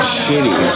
shitty